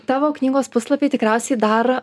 tavo knygos puslapiai tikriausiai dar